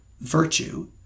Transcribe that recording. virtue